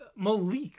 Malik